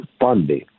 funding